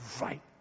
right